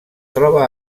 troba